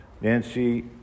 Nancy